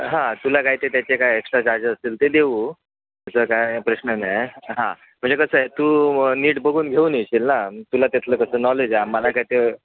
हां तुला काय ते त्याचे काय एक्स्ट्रा चार्जेस असतील ते देऊ तसा काय प्रश्न नाही हां म्हणजे कसं आहे तू नीट बघून घेऊन येशील ना तुला त्यातलं कसं नॉलेज आहे मला काय ते